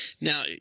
Now